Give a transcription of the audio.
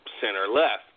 center-left